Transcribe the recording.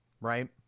right